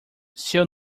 seu